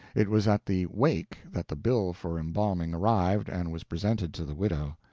it was at the wake that the bill for embalming arrived and was presented to the widow.